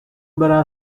برم